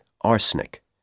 arsenic